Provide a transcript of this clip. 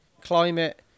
climate